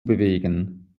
bewegen